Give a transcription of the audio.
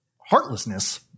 heartlessness